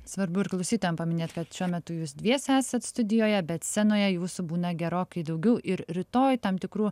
svarbu ir klausytojam paminėt kad šiuo metu jūs dviese esat studijoje bet scenoje jūsų būna gerokai daugiau ir rytoj tam tikrų